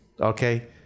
okay